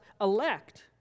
elect